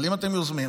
אבל אם אתם יוזמים,